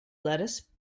lettuce